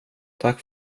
tack